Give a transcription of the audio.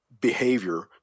behavior